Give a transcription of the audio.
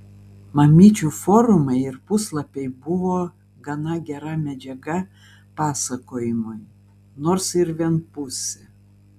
mamyčių forumai ir puslapiai buvo gana gera medžiaga pasakojimui nors ir vienpusė